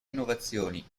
innovazioni